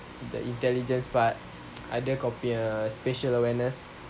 the intelligence but either copy spatial awareness